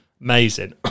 amazing